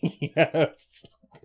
Yes